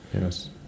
Yes